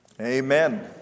Amen